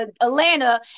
Atlanta